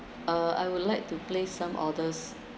uh I would like to place some orders